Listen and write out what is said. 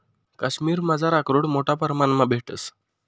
काश्मिरमझार आकरोड मोठा परमाणमा भेटंस